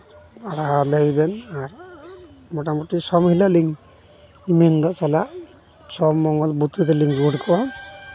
ᱟᱨ ᱞᱟᱹᱭᱵᱮᱱ ᱟᱨ ᱢᱳᱴᱟᱢᱩᱴᱤ ᱥᱳᱢᱵᱟᱨ ᱦᱤᱞᱳᱜ ᱞᱤᱧ ᱢᱮᱱᱫᱟ ᱪᱟᱞᱟᱜ ᱥᱚᱢ ᱢᱚᱝᱜᱚᱞ ᱵᱩᱫᱷ ᱛᱮᱫᱚ ᱞᱤᱧ ᱨᱩᱣᱟᱹᱲ ᱠᱚᱜᱼᱟ